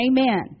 Amen